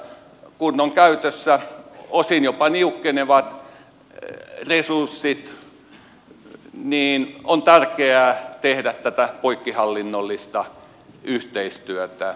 kun on käytössä osin jopa niukkenevat resurssit niin on tärkeää tehdä tätä poikkihallinnollista yhteistyötä